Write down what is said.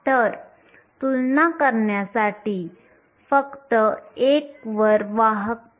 तर तुलना करण्यासाठी फक्त 1 वर वाहकता आहे